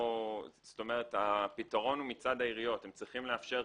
הפתרון הוא מצד העיריות.